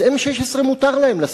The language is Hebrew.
אז M-16 מותר להם לשאת,